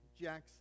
Jackson